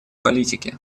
политики